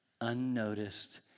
unnoticed